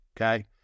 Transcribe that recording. okay